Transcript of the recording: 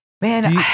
Man